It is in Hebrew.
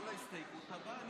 לא להסתייגות הבאה.